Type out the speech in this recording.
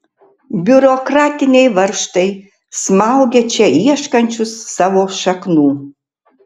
biurokratiniai varžtai smaugia čia ieškančius savo šaknų